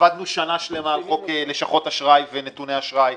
עבדנו שנה שלמה על חוק לשכות אשראי ונתוני אשראי,